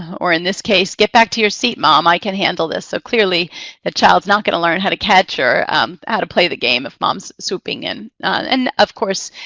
or in this case, get back to your seat, mom. i can handle this. so clearly the child's not going to learn how to catch or how to play the game if mom's swooping in. and of course,